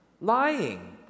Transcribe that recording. lying